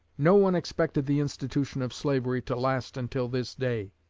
no one expected the institution of slavery to last until this day